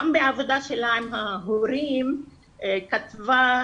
גם בעבודה שלה עם ההורים היא סקרה,